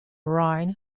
rhine